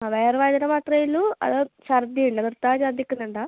ആ വയറുവേദന മാത്രമേ ഉള്ളൂ അതോ ഛർദ്ദി ഉണ്ടോ നിർത്താതെ ഛർദ്ദിക്കുന്നുണ്ടോ